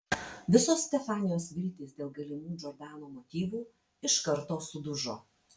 visos stefanijos viltys dėl galimų džordano motyvų iš karto sudužo